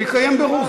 הוא יקיים בירור.